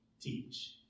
teach